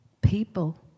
people